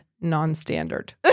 non-standard